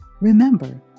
Remember